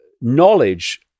knowledge